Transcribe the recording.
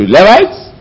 Levites